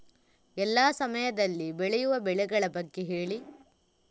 ಎಲ್ಲಾ ಸಮಯದಲ್ಲಿ ಬೆಳೆಯುವ ಬೆಳೆಗಳ ಬಗ್ಗೆ ಹೇಳಿ